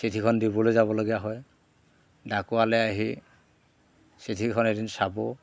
চিঠিখন দিবলৈ যাবলগীয়া হয় ডাকুৱালে আহি চিঠিখন এদিন চাব